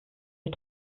ihr